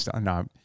no